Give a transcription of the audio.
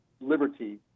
liberty